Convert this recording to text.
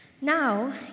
Now